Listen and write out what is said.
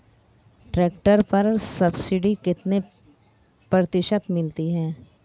Tractor पर subsidy कितने प्रतिशत मिलती है?